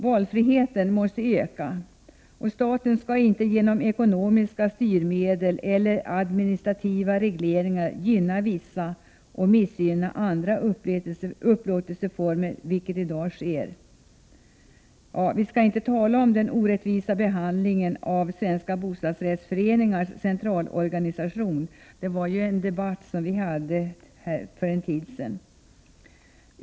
Valfriheten måste öka, och staten skall inte genom ekonomiska styrmedel eller administrativa regleringar gynna vissa och missgynna andra upplåtelseformer, vilket i dag sker. Vi skall inte tala om den orättvisa behandlingen av Svenska bostadsrättsföreningars centralorganisation, som vi hade en debatt om för en tid sedan.